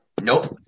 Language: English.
Nope